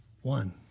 one